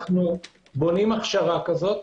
אנו בונים הכשרה כזאת.